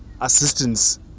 assistance